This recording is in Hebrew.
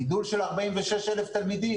גידול של 46,000 תלמידים.